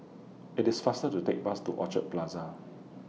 IT IS faster to Take Bus to Orchard Plaza